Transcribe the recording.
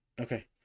Okay